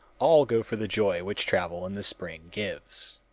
all go for the joy which travel in the spring gives.